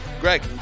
Greg